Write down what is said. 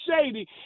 Shady